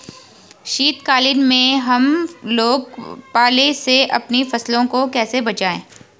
शीतकालीन में हम लोग पाले से अपनी फसलों को कैसे बचाएं?